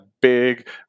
big